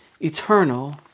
eternal